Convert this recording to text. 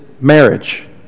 marriage